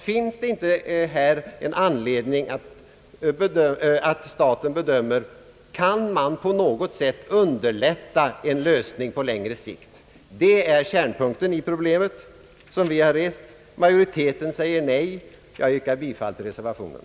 Finns det inte anledning för staten att bedöma, huruvida man på något sätt kan underlätta en lösning på lång sikt? Det är kärnpunkten i det problem som vi har rest. Utskottsmajoriteten säger nej. Jag yrkar bifall till reservationen.